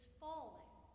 falling